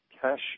cash